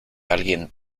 alguien